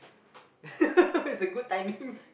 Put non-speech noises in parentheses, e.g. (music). (laughs) it's a good timing